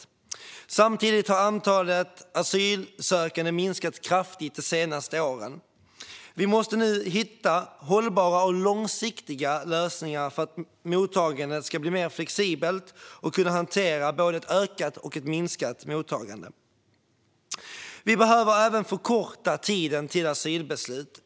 Men de senaste åren har antalet asylsökande minskat kraftigt. Vi måste nu hitta hållbara och långsiktiga lösningar för att mottagandet ska bli mer flexibelt och för att vi ska kunna hantera både ett ökat och ett minskat mottagande. Vi behöver även förkorta tiden till asylbeslut.